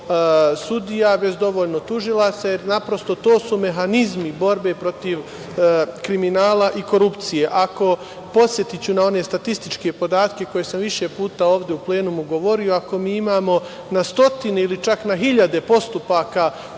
sudija, bez dovoljno tužilaca, jer, naprosto, to su mehanizmi borbe protiv kriminala i korupcije. Podsetiću na one statističke podatke koje sam više puta ovde u plenumu govorio. Ako mi imamo na stotine ili čak na hiljade postupaka